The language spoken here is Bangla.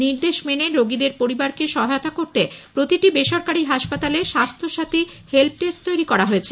নির্দেশ মেনে রোগীদের পরিবারকে সহায়তা করতে প্রতিটি বেসরকারি হাসপাতালে স্বাস্থ্য সাথী হেল্পডেস্ক তৈরি করা হয়েছে